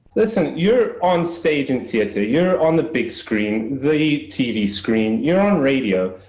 listen, you're on stage, in theater, you're on the big screen, the tv screen, you're on radio,